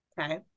Okay